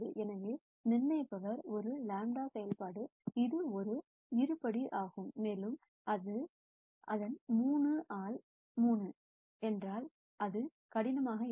எனவே நிர்ணயிப்பவர் ஒரு λ செயல்பாடு இது ஒரு இருபடி ஆகும் மேலும் அதன் 3 ஆல் 3 என்றால் அது கனமாகவும் இருக்கும்